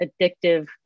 addictive